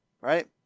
right